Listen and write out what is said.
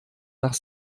nach